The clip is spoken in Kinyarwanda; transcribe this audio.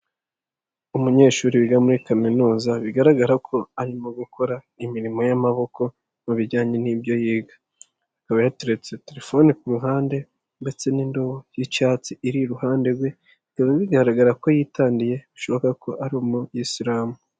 Umunyeshuri wiga muri kaminuza, bigaragara ko arimo gukora imirimo y'amaboko mu bijyanye n'ibyo yiga. Akaba yateretse telefone ku ruhande ndetse n'indobo y'icyatsi iri iruhande rwe, bikaba bigaragara ko yitandiyeye, bishoboka ko ari umuyisilamu.